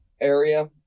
area